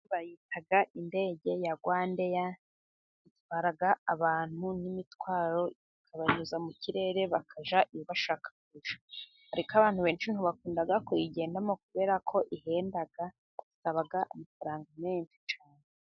Bayita indege ya Rwandair itwara abantu n'imitwaro, ikabanyuza mu kirere bakajya iyo bashaka kujya, ariko abantu benshi ntibakunda kuyigendamo kubera ko ihenda isaba amafaranga menshi.